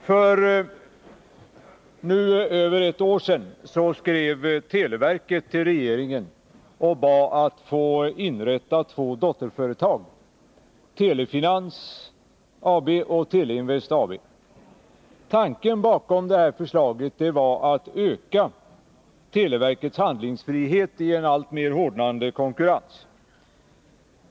Herr talman! För nu över ett år sedan skrev televerket till regeringen och bad att få inrätta två dotterföretag, Telefinans AB och Teleinvest AB. Tanken bakom detta förslag var att öka televerkets handlingsfrihet i en alltmer hårdnande konkurrens.